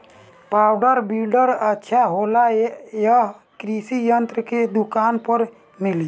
Power weeder अच्छा होला यह कृषि यंत्र के दुकान पर मिली?